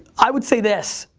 i would say this,